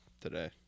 today